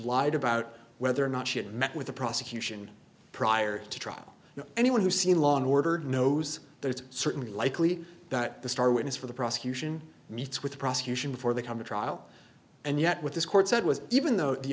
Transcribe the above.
lied about whether or not she had met with the prosecution prior to trial and anyone who's seen long ordered knows that it's certainly likely that the star witness for the prosecution meets with the prosecution before they come to trial and yet what this court said was even though the